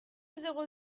zéro